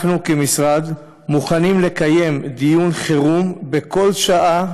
אנחנו כמשרד מוכנים לקיים דיון חירום בכל שעה,